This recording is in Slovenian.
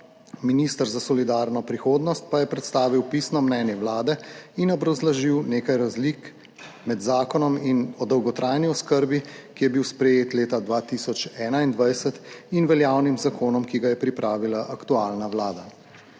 Minister za solidarno prihodnost pa je predstavil pisno mnenje Vlade in obrazložil nekaj razlik med zakonom o dolgotrajni oskrbi, ki je bil sprejet leta 2021 in veljavnim zakonom, ki ga je pripravila aktualna Vlada.